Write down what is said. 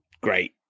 great